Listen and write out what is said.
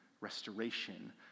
restoration